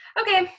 Okay